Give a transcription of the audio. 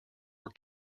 were